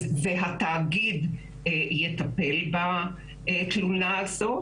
והתאגיד יטפל בתלונה הזאת.